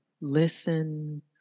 listen